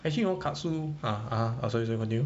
actually no katsu no uh uh uh sorry sorry continue